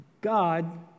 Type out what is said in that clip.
God